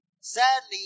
Sadly